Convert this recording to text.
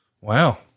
Wow